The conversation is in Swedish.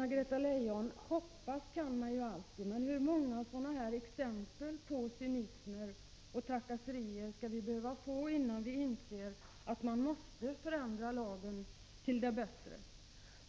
Herr talman! Hoppas kan man ju alltid, Anna-Greta Leijon. Men hur många exempel på cynism och trakasserier av det här slaget skall det behövas innan regering och riksdag inser att lagen måste förändras till det bättre?